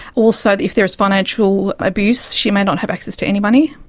also if there is financial abuse she might not have access to any money,